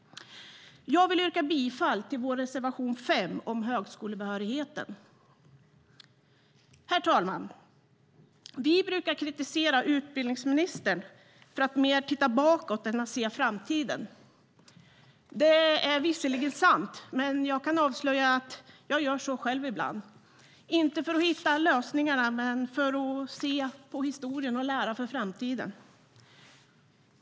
Jag vill yrka bifall till vår reservation 5 om högskolebehörigheten. Herr talman! Vi brukar kritisera utbildningsministern för att mer titta bakåt än att se framtiden. Det är visserligen sant, men jag kan avslöja att jag gör så själv ibland, inte för att hitta lösningarna men för att se på historien och lära för framtiden.